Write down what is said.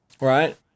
right